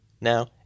Now